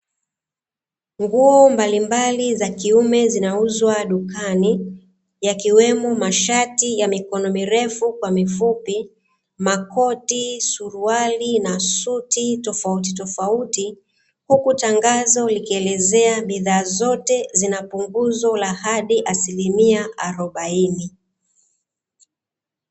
Nguo mbalimbali za kiume zinauzwa dukani yakiwemo mashati ya mikono ya mikono mirefu kwa mifupi, makoti, suruali na suti tofauti tofauti, huku tangazo likielezea bidhaa zote zina punguzo hadi la asilimia arobaini.